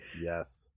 Yes